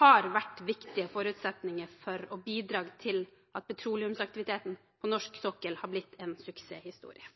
har vært viktige forutsetninger for og bidrag til at petroleumsaktiviteten på norsk sokkel har blitt en suksesshistorie.